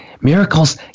Miracles